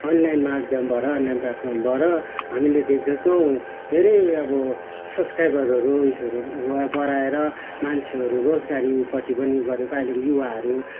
online माध्यमबाट online प्लेटफर्मड हामीले देख्दछौँ धेरै अब सब्सक्राइबारहरू युजहरू बढाएर मान्छेहरू रोजगारीपट्टि पनि गरेको अहिलेको युवाहरू